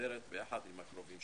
מסודרת עם קרוביהם.